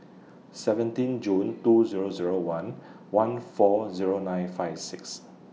seventeen June two Zero Zero one one four Zero nine five six